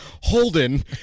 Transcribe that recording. Holden